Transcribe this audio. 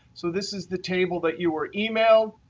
so this is the table that you were emailed.